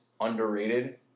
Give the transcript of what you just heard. underrated